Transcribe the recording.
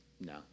No